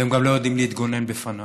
והם גם לא יודעים להתגונן מפניו.